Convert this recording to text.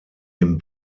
den